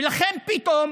ולכן פתאום